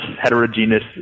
heterogeneous